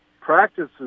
practices